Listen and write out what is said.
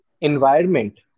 environment